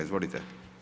Izvolite.